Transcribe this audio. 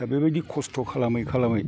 दा बेबादि खस्थ' खालामै खालामै